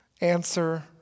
Answer